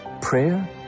prayer